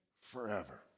forever